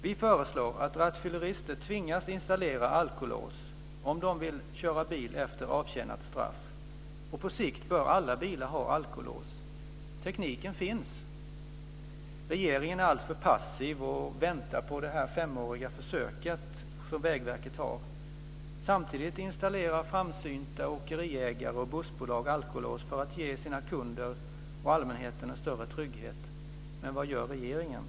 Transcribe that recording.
Vi föreslår att rattfyllerister tvingas installera alkolås om de vill köra bil efter avtjänat straff. På sikt bör alla bilar ha alkolås. Tekniken finns. Regeringen är alltför passiv och väntar på utfallet av Vägverkets femåriga försök. Samtidigt installerar framsynta åkeriägare och bussbolag alkolås för att ge sina kunder och allmänheten en större trygghet. Men vad gör regeringen?